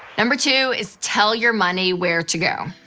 number two is tell your money where to go.